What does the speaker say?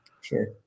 Sure